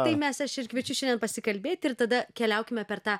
tai mes aš ir kviečiu šiandien pasikalbėt ir tada keliaukime per tą